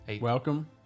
welcome